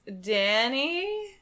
Danny